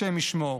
השם ישמור.